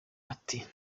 ati